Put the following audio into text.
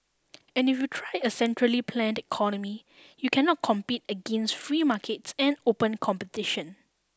and if you try a centrally planned economy you cannot compete against free markets and open competition